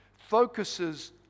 focuses